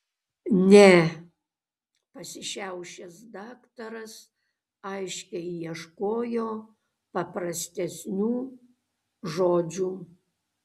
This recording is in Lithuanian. ne pasišiaušęs daktaras aiškiai ieškojo paprastesnių žodžių